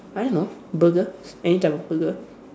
I don't know burger any type of burger